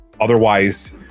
otherwise